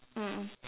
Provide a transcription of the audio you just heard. mm mm